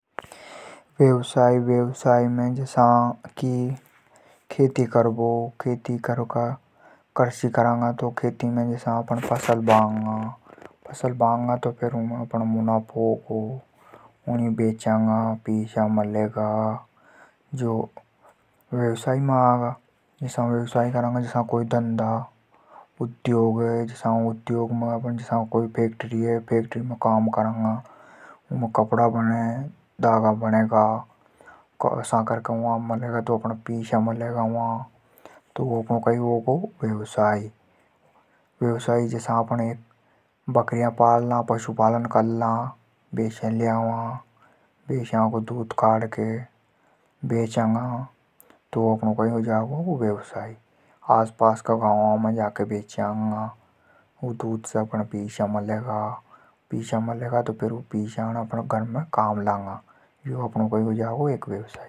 व्यवसाय, व्यवसाय में जसा खेती करांगा। उमे अपणे मुनाफो मलेगो। नाज बेचेंगा तो पैसा बनेगा। ओर व्यवसाय जसा कोई फैक्ट्री हैं। उमे काम करेंगा तो पिसा बनेगा। पशुपालन भी एक व्यवसाय हे। जिसे दूध बेचबा से पैसा बनेगा। ऊ पिसा ने अपण घर ने काम लेंगा। यो आपणो एक व्यवसाय हो जागो।